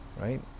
Right